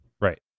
Right